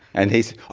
and he said, oh,